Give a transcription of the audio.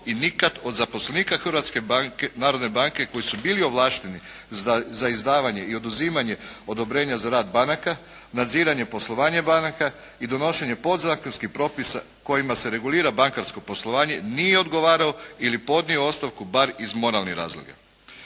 Hrvatske narodne banke koji su bili ovlašteni za izdavanje i oduzimanje odobrenja za rad banaka, nadziranje poslovanja banaka i donošenje podzakonskih propisa kojima se regulira bankarsko poslovanje nije odgovarao ili podnio ostavku bar iz moralnih razloga.